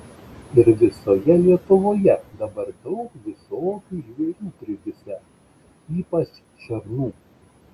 ir visoje lietuvoje dabar daug visokių žvėrių privisę ypač šernų